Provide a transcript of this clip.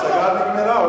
ההצגה נגמרה.